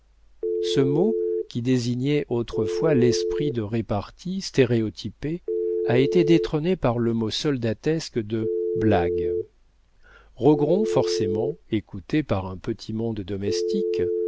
ce mot qui désignait autrefois l'esprit de repartie stéréotypée a été détrôné par le mot soldatesque de blague rogron forcément écouté par un petit monde domestique